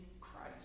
Christ